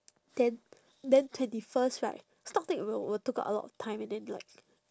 then then twenty first right stock take will will took up a lot of time and then like